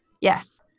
Yes